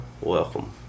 welcome